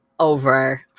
over